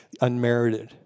unmerited